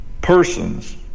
persons